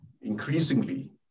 increasingly